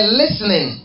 listening